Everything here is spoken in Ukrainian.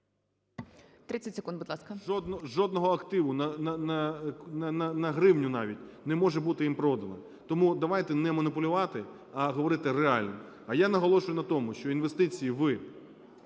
Жодного активу на гривню навіть не може бути їм продано. Тому давайте не маніпулювати, а говорити реально. А я наголошую на тому, що інвестиції в